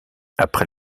après